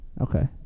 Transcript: Okay